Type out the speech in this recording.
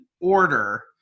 order